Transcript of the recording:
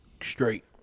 straight